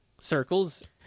circles